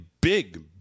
big